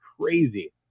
crazy